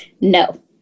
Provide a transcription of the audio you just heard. No